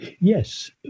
Yes